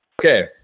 Okay